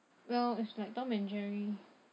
well it's like tom and jerry